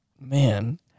Man